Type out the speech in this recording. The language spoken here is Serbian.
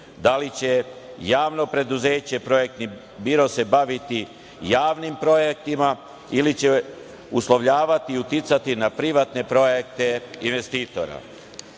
Da li će JP "Projektni biro" se baviti javnim projektima ili će uslovljavati i uticati na privatne projekte i investitora?